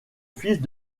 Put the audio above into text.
fils